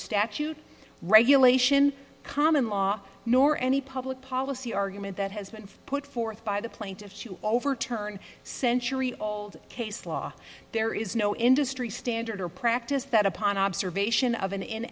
statute regulation common law nor any public policy argument that has been put forth by the plaintiffs to overturn century old case law there is no industry standard or practice that upon observation of an